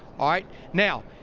all right, now,